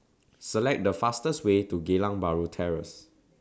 Select The fastest Way to Geylang Bahru Terrace